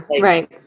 right